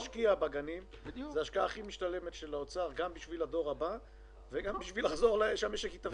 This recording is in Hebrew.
להשקיע בגנים זו ההשקעה הכי משתלמת בשביל הדור הבא ובשביל שהמשק יתפקד.